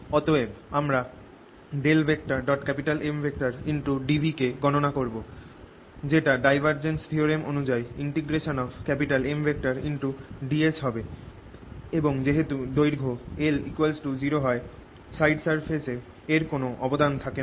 অতএব আমরা Mdv কে গণনা করব যেটা ডাইভার্জেন্স থিওরেম অনুযায়ী Mds হবে এবং যেহেতু দৈর্ঘ্য l 0 হয় সাইড সারফেস এর কোন অবদান থাকে না